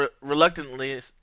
reluctantly